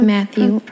Matthew